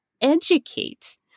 educate